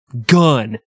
Gun